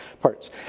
parts